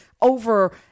over